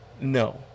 No